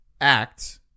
act